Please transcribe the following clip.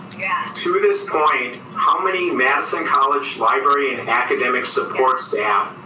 yeah to this point, how many madison college library and academic support staff,